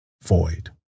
void